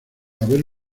haber